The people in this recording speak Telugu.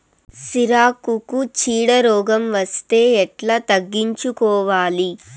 సిరాకుకు చీడ రోగం వస్తే ఎట్లా తగ్గించుకోవాలి?